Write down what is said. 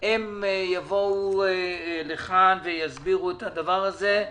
הם יבואו לכאן ויסבירו את הדבר הזה.